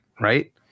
right